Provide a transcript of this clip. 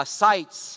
sites